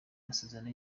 amasezerano